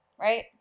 right